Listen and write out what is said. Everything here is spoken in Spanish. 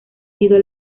sido